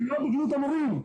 זה לא בגנות המורים,